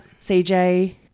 CJ